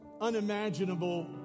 unimaginable